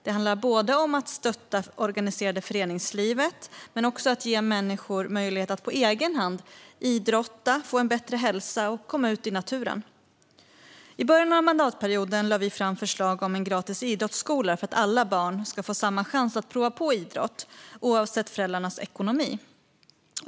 Det handlar om att stötta det organiserade föreningslivet men också om att ge människor möjlighet att på egen hand idrotta, få en bättre hälsa och komma ut i naturen. I början av mandatperioden lade vi fram förslag om en gratis idrottsskola för att alla barn ska få samma chans att prova på idrott, oavsett föräldrarnas ekonomi.